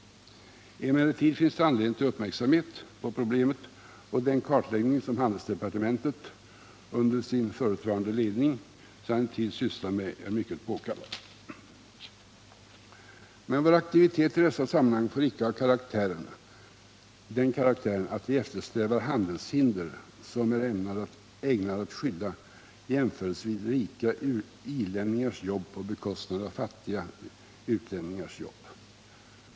Emellertid finns det anledning till uppmärksamhet på problemet, och den kartläggning som handelsdepartementet under sin förutvarande ledning sedan en tid sysslat med är mycket påkallad. Men vår aktivitet i dessa sammanhang får icke ha den karaktären att vi eftersträvar handelshinder, som är ägnade att skydda jämförelsevis rika ilänningars jobb på bekostnad av fattiga u-länningars jobb.